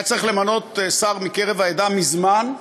היה צריך למנות שר מקרב העדה מזמן,